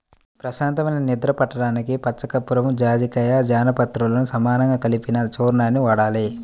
ప్రశాంతమైన నిద్ర పట్టడానికి పచ్చకర్పూరం, జాజికాయ, జాపత్రిలను సమానంగా కలిపిన చూర్ణాన్ని వాడాలి